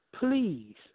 Please